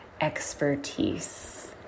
expertise